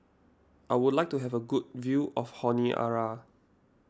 I would like to have a good view of Honiara